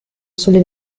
sulle